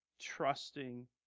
trusting